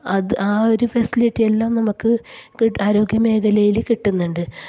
അത് ആ ഒരു ഫെസിലിറ്റിയെല്ലാം നമുക്ക് ആരോഗ്യമേഖലയിൽ കിട്ടുന്നുണ്ട്